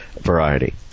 variety